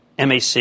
MAC